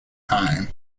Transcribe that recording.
time